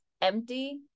empty